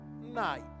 night